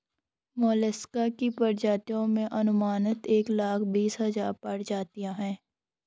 mollusc की प्रजातियों में अनुमानतः एक लाख बीस हज़ार प्रजातियां है